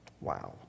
Wow